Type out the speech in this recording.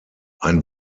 ein